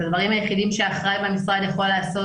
הדברים היחידים שאחראי במשרד יכול לעשות